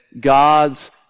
God's